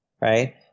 right